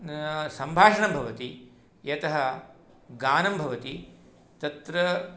सम्भाषणं भवति यतः गानं भवति तत्र